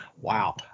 wow